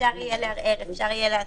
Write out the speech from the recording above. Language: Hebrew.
אפשר יהיה לערער, אפשר יהיה להשיג,